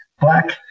black